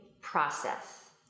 process